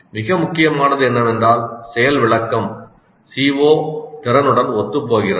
மிக முக்கியமானது என்னவென்றால் செயல் விளக்கம் CO திறனுடன் ஒத்துப்போகிறது